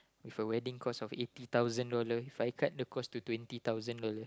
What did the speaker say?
with a wedding cost of eighty thousand dollar If I cut the cost to twenty thousand dollar